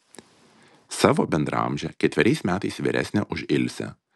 savo bendraamžę ketveriais metais vyresnę už ilsę